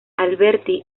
alberti